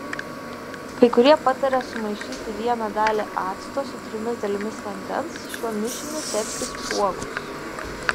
kai kurie pataria sumaišyti vieną dalį acto su trimis dalimis vandens šiuo mišiniu tepti spuogus